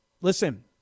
listen